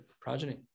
progeny